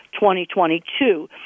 2022